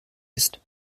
ist